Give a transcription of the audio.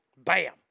Bam